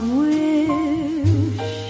wish